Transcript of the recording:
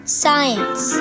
science